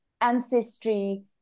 ancestry